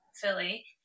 Philly